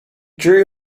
drew